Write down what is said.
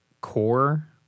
core